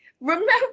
Remember